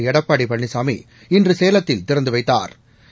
எடப்பாடி பழனிசாமி இன்று சேலத்தில் திறந்து வைத்தாா்